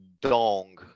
dong